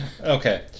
Okay